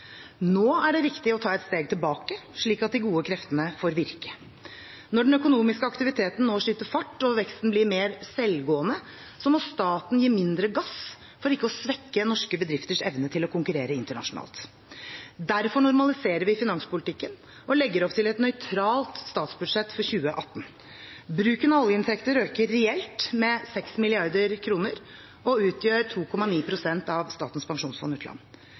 Nå er det riktig å ta et steg tilbake, slik at de gode kreftene får virke. Når den økonomiske aktiviteten nå skyter fart og veksten blir mer selvgående, må staten gi mindre gass for ikke å svekke norske bedrifters evne til å konkurrere internasjonalt. Derfor normaliserer vi finanspolitikken og legger opp til et nøytralt statsbudsjett for 2018. Bruken av oljeinntekter øker reelt med 6 mrd. kr og utgjør 2,9 pst. av Statens pensjonsfond utland.